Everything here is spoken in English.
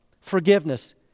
forgiveness